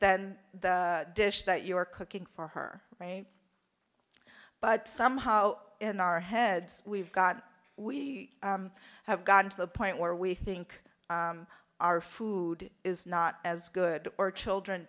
then the dish that you are cooking for her but somehow in our heads we've got we have gotten to the point where we think our food is not as good or children